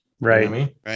Right